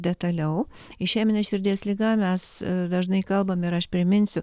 detaliau išemine širdies liga mes dažnai kalbame ir aš priminsiu